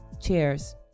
cheers